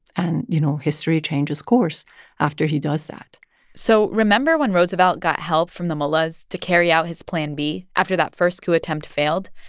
and, you know, history changes course after he does that so remember when roosevelt got help from the mullahs to carry out his plan b after that first coup attempt failed?